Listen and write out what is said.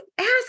ask